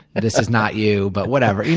this is not you but whatever.